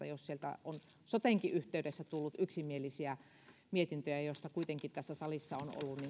jos perustuslakivaliokunnasta on sotenkin yhteydessä tullut yksimielisiä lausuntoja ja siitä kuitenkin tässä salissa